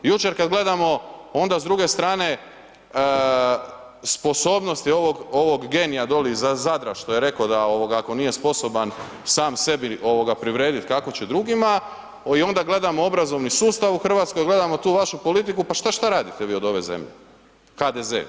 Jučer kad gledamo onda s druge strane sposobnosti ovog genija dolje izu Zadra što je rekao da ako nije sposoban sam sebi privredit, kako će drugima i onda gledamo obrazovni sustav u Hrvatskoj, gledamo tu vašu politiku, pa šta radite vi od ove zemlje, HDZ?